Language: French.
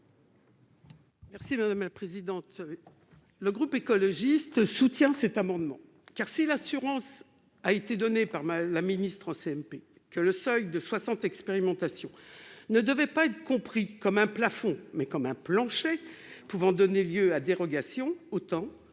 Merci madame la présidente, le groupe écologiste soutient cet amendement car si l'assurance a été donnée par la ministre en CMP que le seuil de 60 expérimentation ne devait pas être compris comme un plafond, mais comme un plancher pouvant donner lieu à dérogation autant